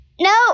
No